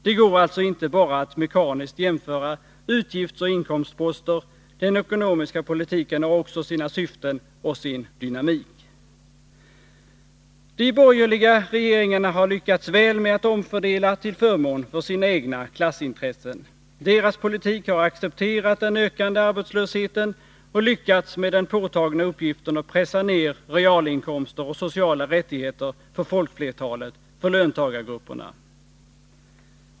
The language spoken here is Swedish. Det går alltså inte att bara mekaniskt jämföra utgiftsoch inkomstposter — den ekonomiska politiken har också sina syften och sin dynamik. De borgerliga regeringarna har lyckats väl med att omfördela till förmån för sina egna klassintressen. Deras politik har accepterat den ökande arbetslösheten och lyckats med den påtagna uppgiften att pressa ned realinkomster och sociala rättigheter för folkflertalet, för löntagargrupperna.